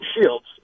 Shields